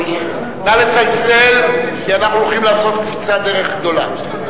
נא לצלצל, כי אנחנו הולכים לעשות קפיצת דרך גדולה.